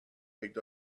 picked